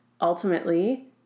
ultimately